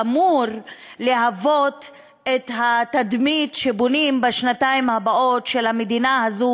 שאמור להוות את התדמית שבונים בשנתיים הבאות של המדינה הזאת